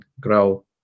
grow